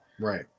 Right